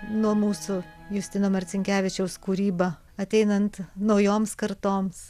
nuo mūsų justino marcinkevičiaus kūryba ateinant naujoms kartoms